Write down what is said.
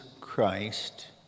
Christ